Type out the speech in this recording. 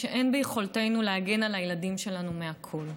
שאין ביכולתנו להגן על הילדים שלנו מהכול.